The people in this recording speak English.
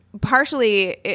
partially